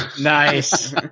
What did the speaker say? Nice